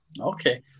Okay